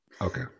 Okay